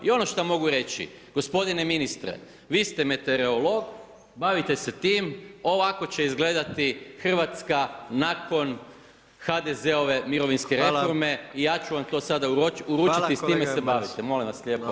I ono što moguće reći, gospodine ministre, vi ste meteorolog, bavite se tim, ovako će izgledati Hrvatska nakon HDZ-ove mirovinske reforme, ja ću vam to sada uručiti i s time se bavite, molim vas lijepo.